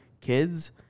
kids